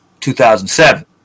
2007